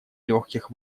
легких